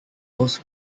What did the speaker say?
post